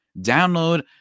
Download